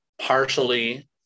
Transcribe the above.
partially